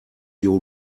you